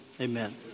Amen